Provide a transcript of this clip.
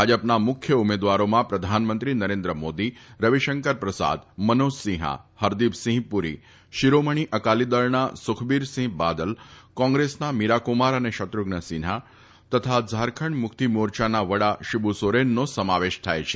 ભાજપના મુખ્ય ઉમેદવારોમાં પ્રધાનમંત્રી નરેન્દ્ર મોદી રવિશંકર પ્રસાદ મનોજ સિંહા હરદિપસિંહ પુરી શિરોમણી અકાલીદળના સુખબીરસિંહ બાદલ કોંગ્રેસના મીરા કુમાર અને શત્રુધ્ન સિંહા તથા ઝારખંડ મુક્તિ મોરચાના વડા શિબુ સોરેનનો સમાવેશ થાય છે